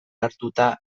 hartuta